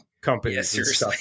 companies